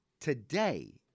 today